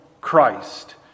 Christ